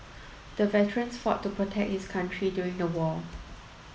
the veteran fought to protect his country during the war